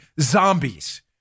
zombies